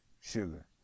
sugar